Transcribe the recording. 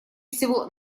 всего